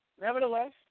Nevertheless